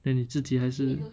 then 你自己还是